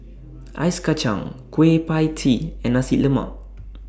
Ice Kachang Kueh PIE Tee and Nasi Lemak